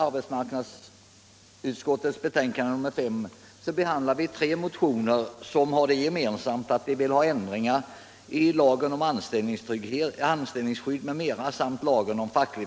Det är klart att dessa ganska nya lagar har vissa brister, och det visar sig vil i sinom tud att en hel del behöver ändras.